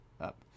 up